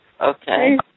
Okay